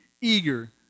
eager